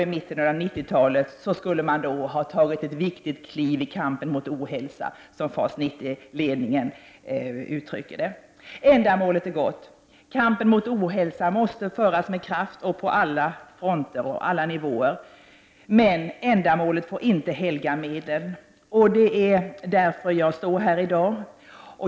Vid mitten av 1990-talet skulle ett viktigt kliv ha tagits i kampen mot ohälsa, som FAS 90-ledningen uttrycker det. Ändamålet är gott. Kampen mot ohälsa måste föras med kraft och på alla fronter och nivåer. Men ändamålet får inte helga medlen. Det är därför jag står här i dag.